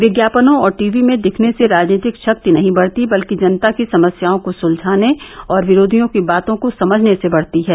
विज्ञापनों और टीवी में दिखने से राजनीतिक षक्ति नही बढ़ती बल्कि जनता की समस्याओं को सुलझाने और विरोधियों की बातों को समझने से बढ़ती है